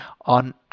on